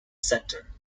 centre